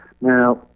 Now